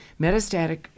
Metastatic